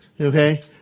okay